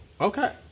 Okay